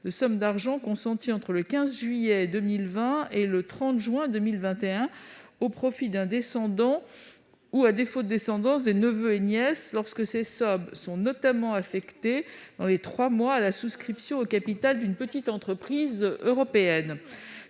de sommes d'argent consentis entre le 15 juillet 2020 et le 30 juin 2021 au profit d'un descendant ou, à défaut de descendance, de neveux ou nièces, lorsque ces sommes sont notamment affectées, dans les trois mois, à la souscription au capital d'une petite entreprise européenne.